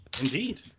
Indeed